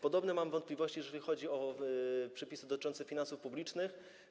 Podobne mam wątpliwości, jeżeli chodzi o przepisy dotyczące finansów publicznych.